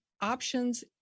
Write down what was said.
options